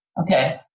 Okay